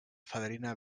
fadrina